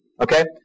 Okay